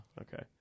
Okay